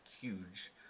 huge